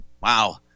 Wow